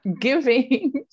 giving